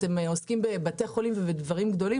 אתם עוסקים בבתי חולים ובדברים גדולים